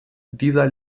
dieser